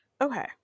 Okay